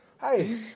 hey